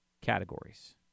categories